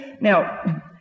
Now